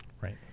Right